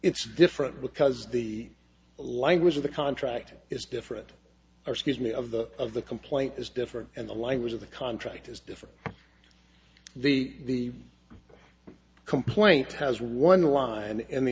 it's different because the language of the contract is different or scares me of the of the complaint is different and the language of the contract is different the complaint has one line in the